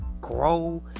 grow